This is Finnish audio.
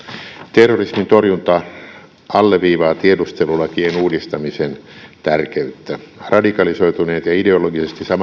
terrorismin torjunta alleviivaa tiedustelulakien uudistamisen tärkeyttä radikalisoituneet ja ideologisesti samanmieliset henkilöt